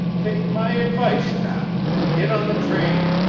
take my advice now, and git on the train.